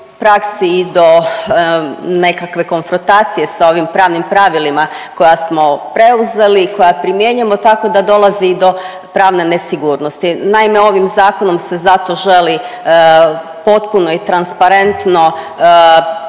i do nekakve konfrontacije sa ovim pravnim pravilima koja smo preuzeli i koja primjenjujemo, tako da dolazi do pravne nesigurnosti. Naime, ovim zakonom se zato želi potpuno i transparentno